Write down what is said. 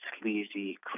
sleazy